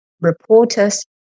reporters